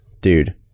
Dude